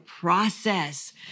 process